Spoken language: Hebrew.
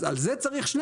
אז על זה צריך שני